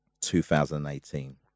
2018